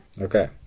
okay